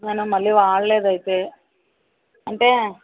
అవునా మళ్ళీ వాడలేదు అయితే అంటే